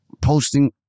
posting